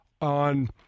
on